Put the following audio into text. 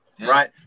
right